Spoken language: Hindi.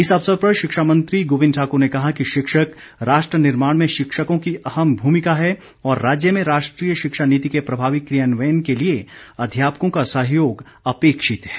इस अवसर पर शिक्षा मंत्री गोविंद ठाक्र ने कहा कि शिक्षक राष्ट्र निर्माण में शिक्षकों की अहम भूमिका है और राज्य में राष्ट्रीय शिक्षा नीति के प्रभावी कियान्वयन के लिए अध्यापकों का सहयोग अपेक्षित है